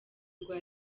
rwa